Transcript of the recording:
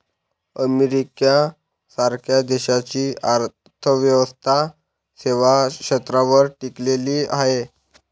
America सारख्या देशाची अर्थव्यवस्था सेवा क्षेत्रावर टिकलेली आहे